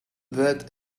that